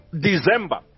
December